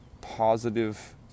positive